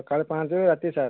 ସକାଳ ପାଞ୍ଚରୁ ରାତି ସାତ